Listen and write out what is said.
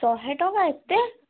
ଶହେ ଟଙ୍କା ଏତେ